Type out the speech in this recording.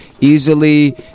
easily